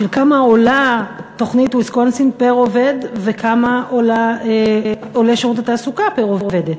כמה עולה תוכנית ויסקונסין פר-עובד וכמה עולה שירות התעסוקה פר-עובדת.